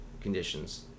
conditions